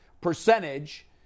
percentage